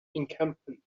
encampment